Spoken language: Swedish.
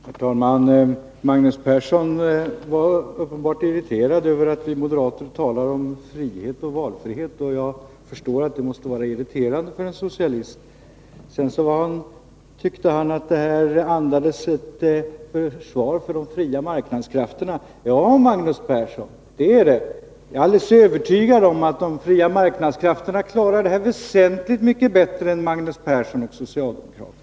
Herr talman! Magnus Persson var uppenbart irriterad över att vi moderater talar om frihet och valfrihet — och jag förstår att det måste vara irriterande för en socialist. Sedan tyckte han att vi försvarade de fria marknadskrafterna. Ja, Magnus Persson, det är rätt. Jag är alldeles övertygad om att de fria marknadskrafterna klarar detta väsentligt bättre än Magnus Persson och socialdemokraterna.